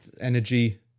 energy